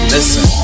Listen